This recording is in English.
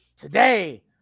Today